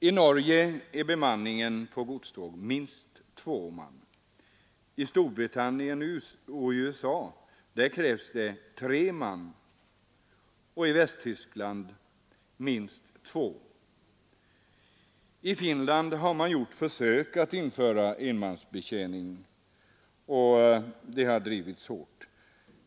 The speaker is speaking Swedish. I Norge är bemanningen på godståg minst två personer, i Storbritannien och USA krävs det tre man och i Västtyskland minst två man. I Finland har man gjort försök att införa enmansbetjäning, en fråga som har drivits hårt.